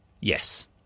Yes